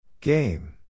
Game